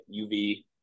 uv